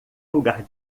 lugar